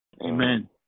Amen